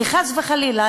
כי חס וחלילה,